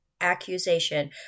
accusation